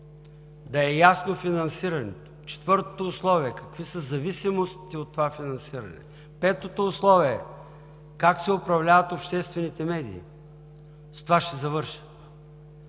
да е ясно финансирането. Четвъртото условие – какви са зависимостите от това финансиране. Петото условие – как се управляват обществените медии. С това ще завърша.